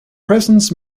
presents